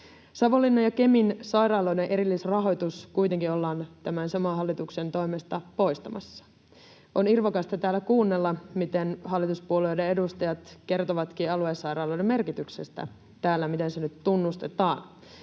Savonlinnan ja Kemin sairaaloiden erillisrahoitus kuitenkin ollaan tämän saman hallituksen toimesta poistamassa. On irvokasta täällä kuunnella, miten hallituspuolueiden edustajat kertovatkin aluesairaaloiden merkityksestä, miten se nyt tunnustetaan.